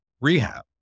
rehab